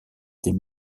des